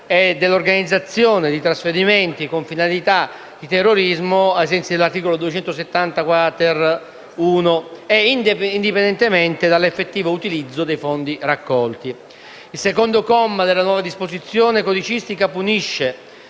e di organizzazione di trasferimenti con finalità di terrorismo ai sensi dell'articolo 270-*quater*.1 e indipendentemente dall'effettivo utilizzo dei fondi raccolti. Il secondo comma della nuova disposizione codicistica punisce